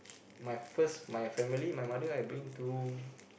my first my family my mother I bring to